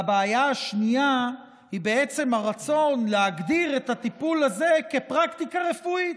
והבעיה השנייה היא בעצם הרצון להגדיר את הטיפול הזה כפרקטיקה רפואית.